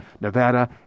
Nevada